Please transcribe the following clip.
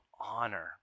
honor